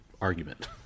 argument